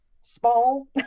small